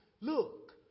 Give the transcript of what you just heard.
Look